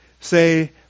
say